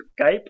Skype